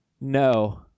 No